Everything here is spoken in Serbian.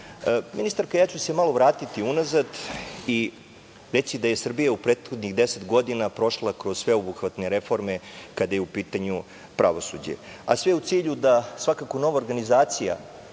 građana. Ministarka, ja ću se malo vratiti unazad i reći da je Srbija u prethodnih deset godina prošla kroz sveobuhvatne reforme kada je u pitanju pravosuđe, a sve u cilju da svakako nova organizacija